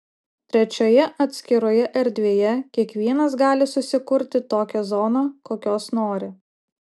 trečioje atskiroje erdvėje kiekvienas gali susikurti tokią zoną kokios nori